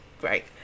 great